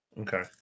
Okay